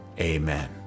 Amen